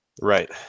Right